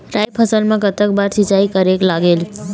राई फसल मा कतक बार सिचाई करेक लागेल?